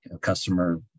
customer